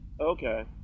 Okay